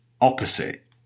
opposite